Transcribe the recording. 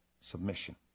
submission